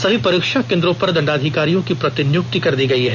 सभी परीक्षा केन्द्रों पर दंडाधिकारियों की प्रतिनियुक्ति कर दी गयी है